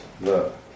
Look